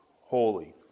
holy